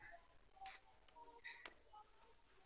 בבקשה.